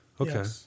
Okay